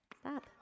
Stop